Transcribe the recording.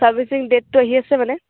servicing ডেটটো আহি আছে মানে